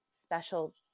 special